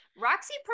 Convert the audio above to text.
Roxy